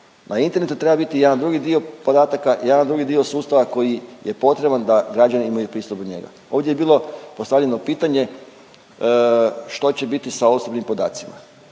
Na internetu treba biti jedan drugi dio podataka, jedan drugi dio sustava koji je potreban da građani imaju pristup do njega. Ovdje je bilo postavljeno pitanje što će biti sa osobnim podacima.